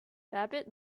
babbitt